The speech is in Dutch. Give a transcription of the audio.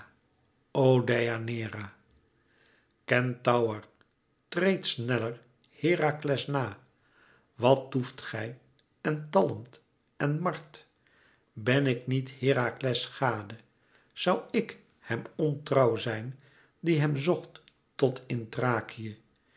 deianeira kentaur treed sneller herakles na wat toeft gij en talmt en mart ben ik niet heraklcs gade zoû ik hem ontrouw zijn die hem zocht tot in